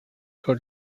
heart